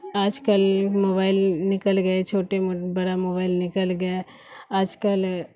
آج کل موبائل نکل گئے چھوٹے بڑا موبائل نکل گیا آج کل